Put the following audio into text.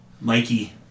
Mikey